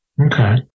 Okay